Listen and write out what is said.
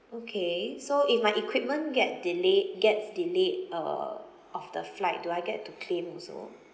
okay so if my equipment get delayed gets delayed uh of the flight do I get to claim also